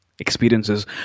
Experiences